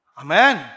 Amen